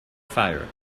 fire